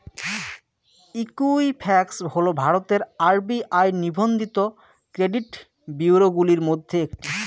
Equifax হল ভারতের RBI নিবন্ধিত ক্রেডিট ব্যুরোগুলির মধ্যে একটি